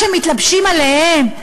כשמתלבשים עליהם,